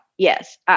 Yes